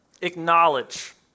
acknowledge